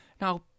Now